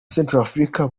centrafrique